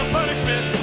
punishment